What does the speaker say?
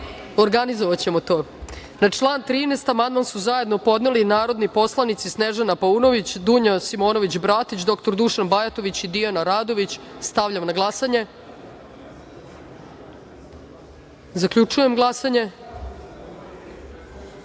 ovaj amandman. Na član 13. amandman su zajedno podneli narodni poslanici Snežana Paunović, Dunja Simonović Bratić, dr Dušan Bajatović i Dijana Radović. Stavljam na glasanje ovaj amandman. Zaključujem glasanje: